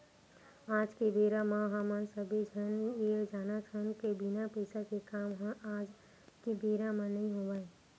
आज के बेरा म हमन सब्बे झन ये जानथन के बिना पइसा के काम ह आज के बेरा म नइ होवय